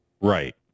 Right